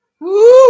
Woo